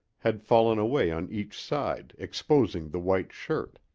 had fallen away on each side, exposing the white shirt.